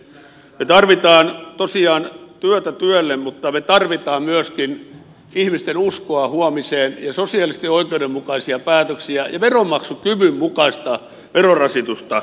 me tarvitsemme tosiaan työtä työlle mutta me tarvitsemme myöskin ihmisten uskoa huomiseen ja sosiaalisesti oikeudenmukaisia päätöksiä ja veronmaksukyvyn mukaista verorasitusta